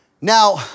Now